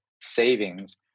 savings